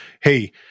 hey